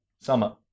summer